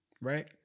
right